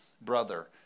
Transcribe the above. Brother